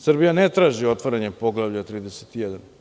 Srbija ne traži otvaranje Poglavlja 31.